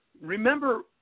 remember